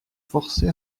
forcés